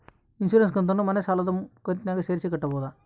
Insurance ಕಂತನ್ನ ಮನೆ ಸಾಲದ ಕಂತಿನಾಗ ಸೇರಿಸಿ ಕಟ್ಟಬೋದ?